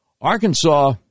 Arkansas